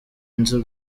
inzu